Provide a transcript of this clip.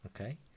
okay